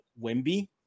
Wimby